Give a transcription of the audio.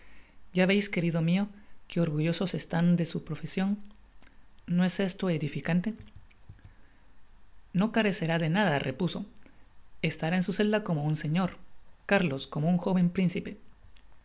ya veis querido mio que orgullosos están de su profesion no es esto edificante no carecerá de nada repuso estará en su celda como un señor cárlos como un joven principe